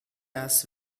das